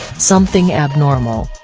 something abnormal.